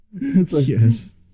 Yes